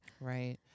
right